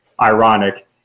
ironic